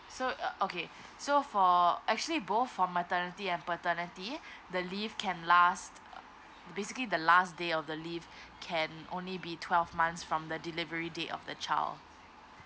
so uh okay so for actually both for maternity and paternity the leave can last basically the last day of the leave can only be twelve months from the delivery date of the child